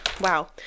wow